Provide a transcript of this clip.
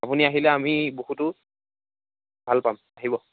আপুনি আহিলে আমি বহুতো ভাল পাম আহিব